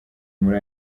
muri